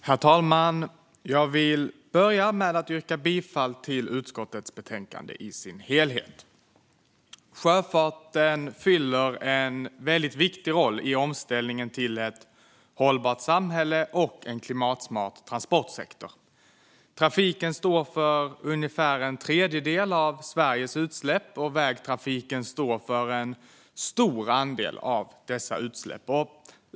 Herr talman! Jag vill börja med att yrka bifall till förslaget i utskottets betänkande i dess helhet. Sjöfarten fyller en väldigt viktig roll i omställningen till ett hållbart samhälle och en klimatsmart transportsektor. Trafiken står för ungefär en tredjedel av Sveriges utsläpp, och vägtrafiken står för en stor andel av dessa utsläpp.